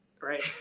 Right